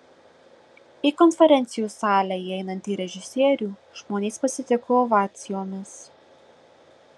į konferencijų salę įeinantį režisierių žmonės pasitiko ovacijomis